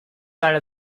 side